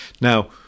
now